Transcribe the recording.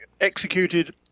executed